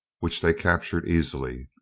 which they captured easily.